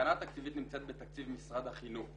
התקנה התקציבית נמצאת בתקציב משרד החינוך.